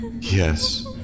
Yes